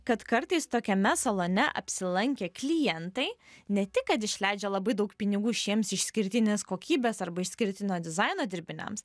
kad kartais tokiame salone apsilankę klientai ne tik kad išleidžia labai daug pinigų šiems išskirtinės kokybės arba išskirtinio dizaino dirbiniams